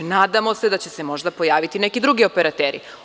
Nadamo se da će se možda pojaviti neki drugi operateri.